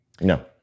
No